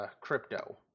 crypto